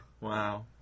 Wow